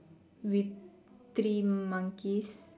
with three monkeys